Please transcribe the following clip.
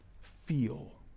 feel